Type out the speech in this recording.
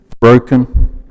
broken